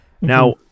Now